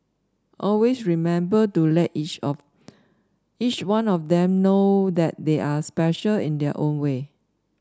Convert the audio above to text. always remember to let each of each one of them know that they are special in their own way